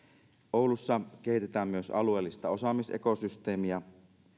oulussa kehitetään myös alueellista osaamisekosysteemiä